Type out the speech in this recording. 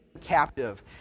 Captive